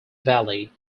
valley